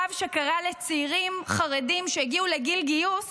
רב שקרא לצעירים חרדים שהגיעו לגיל גיוס